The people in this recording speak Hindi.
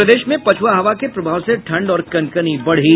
और प्रदेश में पछुआ हवा के प्रभाव से ठंड और कनकनी बढ़ी